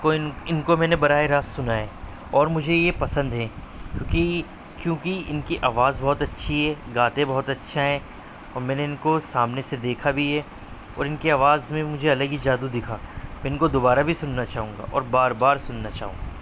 کن اِن کو میں نے براہِ راست سنا ہے اور مجھے یہ پسند ہیں کیونکہ کیونکہ اِن کی آواز بہت اچھی ہے گاتے بہت اچھے ہیں اور میں نے اِن کو سامنے سے دیکھا بھی ہے اور اِن کی آواز میں مجھے الگ ہی جادو دِکھا اِن کو دوبارہ بھی سُننا چاہوں گا اور بار بار سُننا چاہوں گا